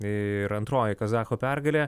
ir antroji kazacho pergalė